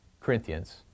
Corinthians